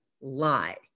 lie